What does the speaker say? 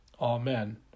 Amen